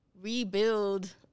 rebuild